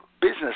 business